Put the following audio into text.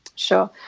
Sure